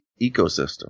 ecosystem